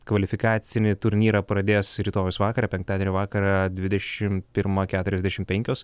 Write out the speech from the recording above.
kvalifikacinį turnyrą pradės rytojaus vakarą penktadienio vakarą dvidešim pirmą keturiasdešim penkios